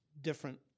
different